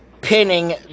pinning